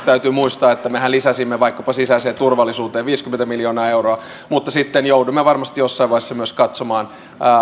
täytyy muistaa että mehän lisäsimme vaikkapa sisäiseen turvallisuuteen viisikymmentä miljoonaa euroa mutta sitten joudumme varmasti jossain vaiheessa myös katsomaan